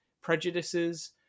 prejudices